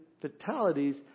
fatalities